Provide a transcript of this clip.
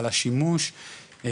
על השימוש.